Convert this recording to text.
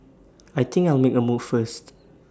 I think I'll make A move first